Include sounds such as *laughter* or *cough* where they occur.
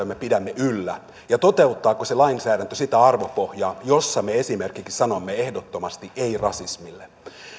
*unintelligible* me pidämme yllä ja toteuttaako se lainsäädäntö sitä arvopohjaa jossa me esimerkiksi sanomme ehdottomasti ei rasismille